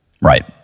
Right